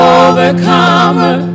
overcomer